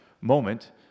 moment